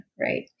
right